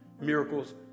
Miracles